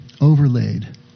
overlaid